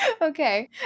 Okay